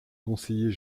conseiller